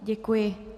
Děkuji.